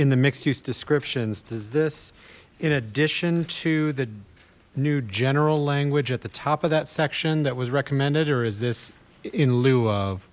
in the mixed use descriptions does this in addition to the new general language at the top of that section that was recommended or is this in lieu of